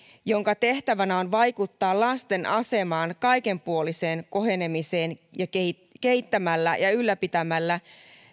jonka tehtävänä on vaikuttaa lasten aseman kaikenpuoliseen kohenemiseen kehittämällä ja ylläpitämällä